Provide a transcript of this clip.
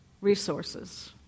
resources